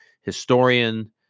historian